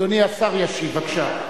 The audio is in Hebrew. אדוני השר ישיב בבקשה.